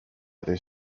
other